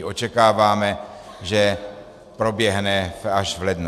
Očekáváme, že proběhne až v lednu.